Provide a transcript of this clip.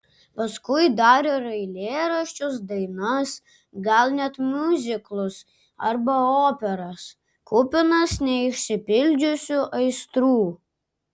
paskui dar ir eilėraščius dainas gal net miuziklus arba operas kupinas neišsipildžiusių aistrų